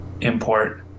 import